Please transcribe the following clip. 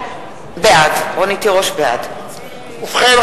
בעד ובכן,